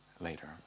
later